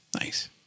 Nice